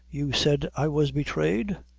you said i was betrayed?